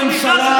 חזון הממשלה,